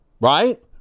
right